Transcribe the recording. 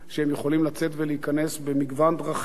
שהם יכולים לצאת ולהיכנס במגוון דרכים